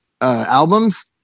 albums